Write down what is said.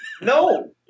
No